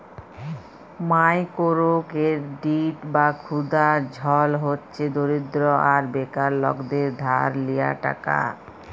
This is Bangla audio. মাইকোরো কেরডিট বা ক্ষুদা ঋল হছে দরিদ্র আর বেকার লকদের ধার লিয়া টাকা